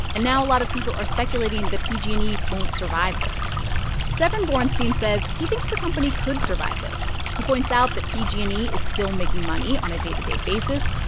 and now a lot of people are speculating that pg and e won't survive this severin borenstein says he thinks the company could survive this. he points out that pg and e is still making money on a day-to-day basis.